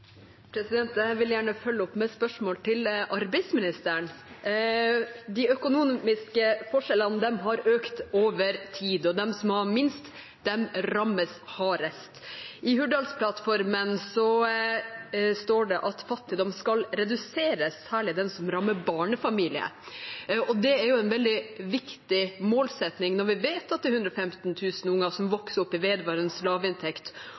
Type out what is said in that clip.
Jeg vil gjerne følge opp med et spørsmål til arbeidsministeren. De økonomiske forskjellene har økt over tid, og de som har minst, rammes hardest. I Hurdalsplattformen står det at «Fattigdom skal reduseres, særlig den som rammer barnefamilier.» Det er en veldig viktig målsetting når vi vet at det er 115 000 unger som vokser opp i vedvarende lavinntekt,